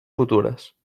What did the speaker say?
futures